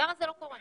למה זה לא קורה?